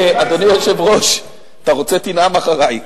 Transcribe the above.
אדוני היושב-ראש, אתה רוצה, תנאם אחרי.